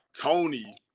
Tony